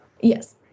Yes